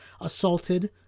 assaulted